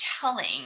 telling